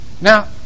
Now